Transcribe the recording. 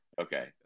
Okay